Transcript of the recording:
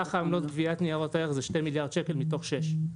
סך העמלות גביית ניירות ערך זה שני מיליארד שקל מתוך שישה.